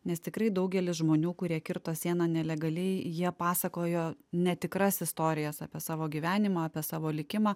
nes tikrai daugelis žmonių kurie kirto sieną nelegaliai jie pasakojo netikras istorijas apie savo gyvenimą apie savo likimą